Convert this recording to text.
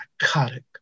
psychotic